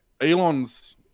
Elon's